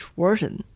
version